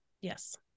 Yes